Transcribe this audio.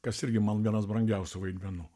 kas irgi man vienas brangiausių vaidmenų